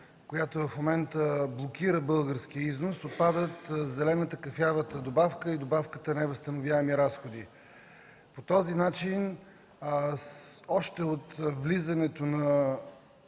която в момента блокира българския износ отпадат зелената, кафявата добавка и добавката невъзстановяеми разходи. По този начин още от влизането на